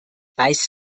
weiß